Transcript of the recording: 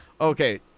Okay